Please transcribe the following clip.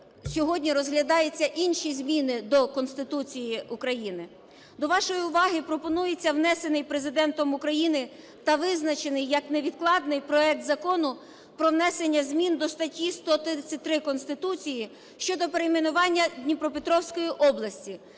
сьогодні розглядаються інші зміни до Конституції України. До вашої уваги пропонується внесений Президентом України та визначений як невідкладний проект Закону про внесення змін до статті 133 Конституції (щодо перейменування Дніпропетровської області)